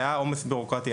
היה עומס ביורוקרטי,